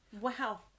Wow